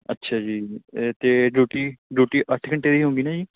ਅੱਛਾ ਜੀ ਅਤੇ ਡਿਊਟੀ ਡਿਊਟੀ ਅੱਠ ਘੰਟੇ ਦੀ ਹੋਊਗੀ ਨਾ ਜੀ